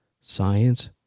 science